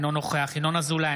אינו נוכח ינון אזולאי,